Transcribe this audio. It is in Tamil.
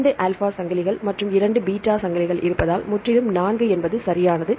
2 ஆல்பா சங்கிலிகள் மற்றும் 2 பீட்டா சங்கிலிகள் இருப்பதால் முற்றிலும் 4 என்பது சரியானது